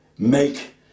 make